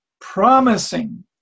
promising